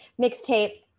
Mixtape